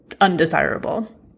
undesirable